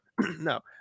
No